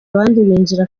abandi